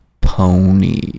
pony